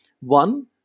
One